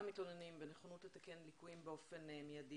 בוקר טוב לכולם,